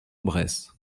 bresse